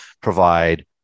provide